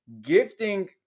gifting